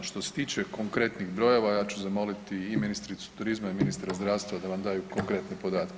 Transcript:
Što se tiče konkretnih brojeva ja ću zamoliti i ministricu turizma i ministra zdravstva da vam daju konkretne podatke.